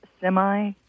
semi